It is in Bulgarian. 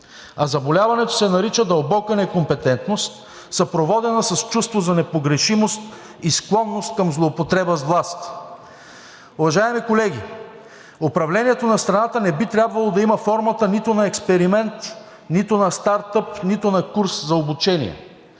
а заболяването се нарича дълбока некомпетентност, съпроводена с чувство за непогрешимост и склонност към злоупотреба с власт. Уважаеми колеги, управлението на страната не би трябвало да има формата нито на експеримент, нито на стартъп, нито на курс за обучение.